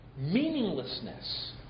meaninglessness